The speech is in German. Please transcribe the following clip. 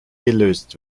gelöst